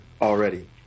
already